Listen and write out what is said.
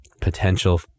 potential